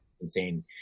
insane